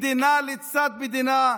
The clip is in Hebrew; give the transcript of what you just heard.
מדינה לצד מדינה,